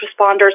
responders